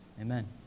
Amen